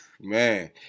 man